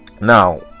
Now